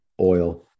oil